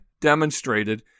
demonstrated